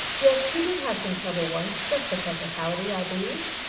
yes, he did have some trouble once, just a technicality, i believe.